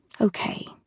Okay